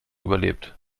überlebt